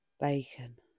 bacon